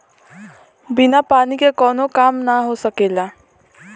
बिना पानी के कावनो काम ना हो सकेला